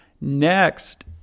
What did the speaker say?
Next